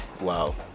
wow